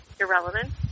irrelevant